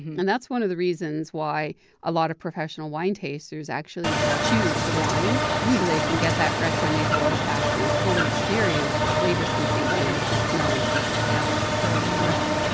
and that's one of the reasons why a lot of professional wine tasters actually chew the wine so they can get that retronasal olfaction and fully experience the flavor sensation, which is smell and taste together right, right.